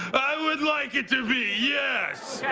would like it to be, yes.